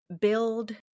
build